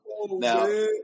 Now